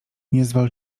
niezwal